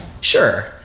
Sure